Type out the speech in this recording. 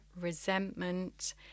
resentment